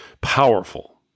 powerful